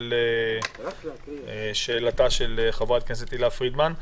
של חברת הכנסת תהלה פרידמן.